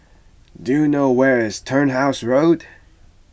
do you know where is Turnhouse Road